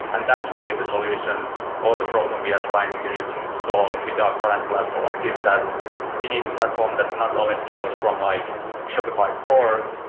and that's really the solution or the problem we are trying to solve with our current platform is that we need a platform that not only scales from like shopify core,